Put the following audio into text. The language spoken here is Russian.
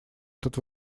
этот